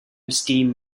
steam